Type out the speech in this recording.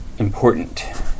important